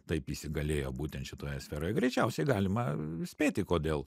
taip įsigalėjo būtent šitoje sferoje greičiausiai galima nuspėti kodėl